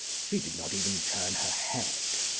she did not even turn her head.